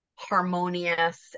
harmonious